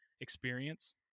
experience